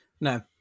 No